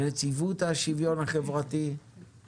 לנציבות שוויון זכויות לאנשים